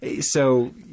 So-